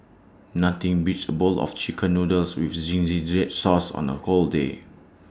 nothing beats A bowl of Chicken Noodles with Zingy Red Sauce on A cold day